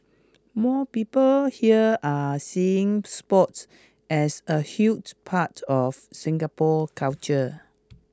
more people here are seeing sports as a huge part of Singapore's culture